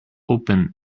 open